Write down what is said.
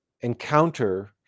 encounter